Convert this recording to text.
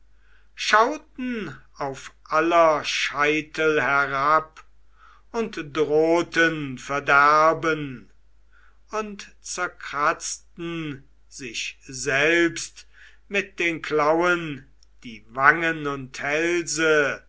schauten auf aller scheitel herab und drohten verderben und zerkratzten sich selbst mit den klauen die wangen und hälse